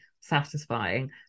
satisfying